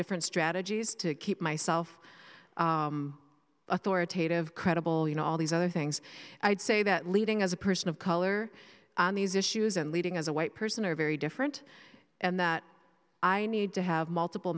different strategies to keep myself authoritative credible you know all these other things i'd say that leading as a person of color on these issues and leading as a white person are very different and that i need to have multiple